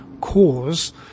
cause